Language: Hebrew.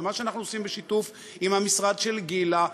ומה שאנחנו עושים בשיתוף עם המשרד של גילה,